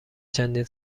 چندین